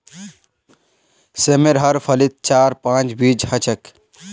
सेमेर हर फलीत चार पांच बीज ह छेक